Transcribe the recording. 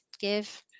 give